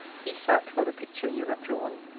he sat for the picture you have drawn.